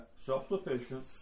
self-sufficient